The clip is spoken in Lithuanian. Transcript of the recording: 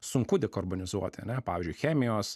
sunku dekarbonizuoti ane pavyzdžiui chemijos